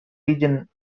region